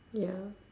ya